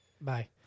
Bye